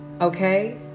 okay